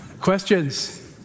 Questions